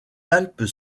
alpes